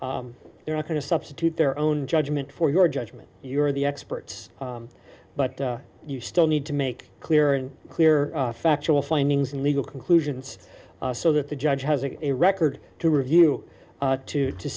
they're not going to substitute their own judgment for your judgment you're the experts but you still need to make clear and clear factual findings and legal conclusions so that the judge has a record to review to to